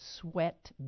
sweat